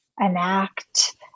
enact